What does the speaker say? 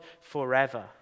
forever